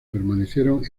permanecieron